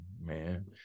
man